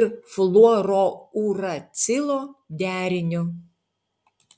ir fluorouracilo deriniu